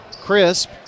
Crisp